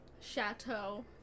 Chateau